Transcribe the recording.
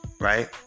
Right